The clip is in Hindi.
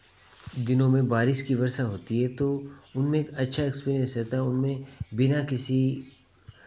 दिनों में बारिश की वर्षा होती है तो उनमें अच्छा एक्सपीरियंस रहता है उनमें बिना किसी